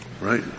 Right